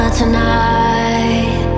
tonight